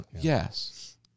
yes